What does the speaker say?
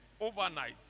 overnight